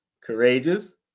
courageous